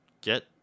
Get